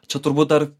čia turbūt dar